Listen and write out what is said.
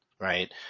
Right